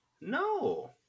No